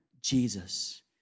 Jesus